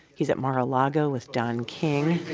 he's at mar-a-lago with don king